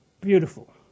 Beautiful